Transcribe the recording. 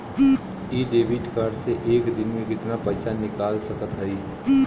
इ debit card से एक दिन मे कितना पैसा निकाल सकत हई?